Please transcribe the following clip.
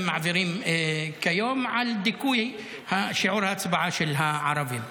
מעבירים כיום לדיכוי שיעור ההצבעה של הערבים.